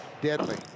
deadly